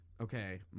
Okay